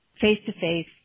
face-to-face